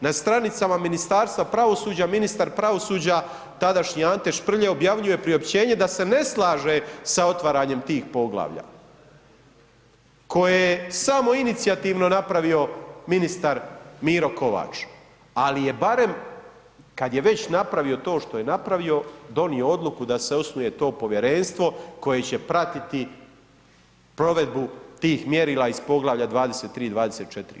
Na stranicama Ministarstva pravosuđa ministar pravosuđa, tadašnji Ante Šprlje, objavljuje priopćenje da se ne slaže sa otvaranjem tih poglavlja koje je samoinicijativno napravio ministar Miro Kovač, ali je barem, kad je već napravio to što je napravio, donio odluku da se osnuje to povjerenstvo koje će pratiti provedbu tih mjerila iz Poglavlja 23. i 24.